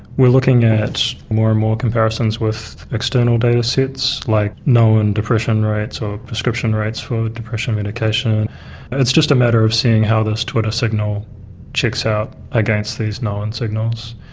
we're looking at more and more comparisons with external datasets like known depression rates or prescription rates for depression medication, and it's just a matter of seeing how this twitter signal checks out against these known signals.